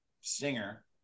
singer